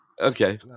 Okay